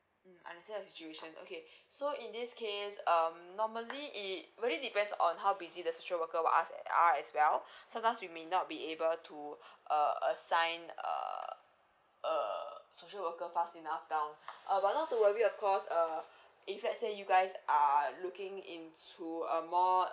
mm understand your situation okay so in this case um normally it really depends on how busy the social worker of us are as well sometimes we may not be able to uh assign err a social worker fast enough down uh but not to worry of course err if let's say you guys are looking into a more